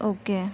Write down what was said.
okay